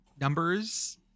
numbers